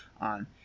on